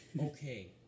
Okay